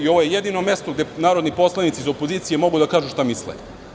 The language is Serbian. Ovo je jedino mesto gde narodni poslanici iz opozicije mogu da kažu šta misle.